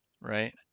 right